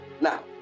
Now